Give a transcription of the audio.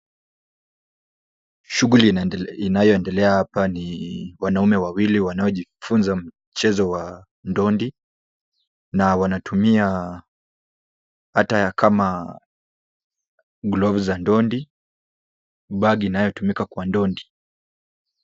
Shughuli inayoendelea hapa ni wanaume wawili wanaojifunza mchezo wa ndondi na wanatumia attire kama gloves za ndondi , bag inayotumika kwa ndondi.